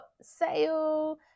sale